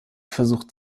versucht